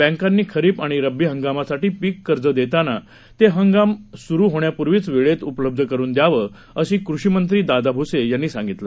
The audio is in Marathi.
बँकांनी खरीप आणि रब्बी हंगामासाठी पीक कर्ज देताना ते हंगाम सुरू होण्यापूर्वी वेळेत उपलब्ध करून द्यावं असं कृषीमंत्री भुसे यांनी सांगितलं